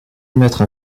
mettre